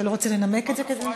אתה לא רוצה לנמק את זה?